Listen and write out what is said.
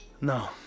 No